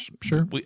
sure